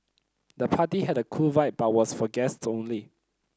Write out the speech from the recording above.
the party had a cool vibe but was for guest only